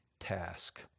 task